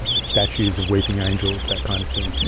statues of weeping angels, that kind of thing.